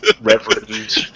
reverend